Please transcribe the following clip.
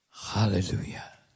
Hallelujah